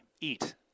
eat